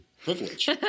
privilege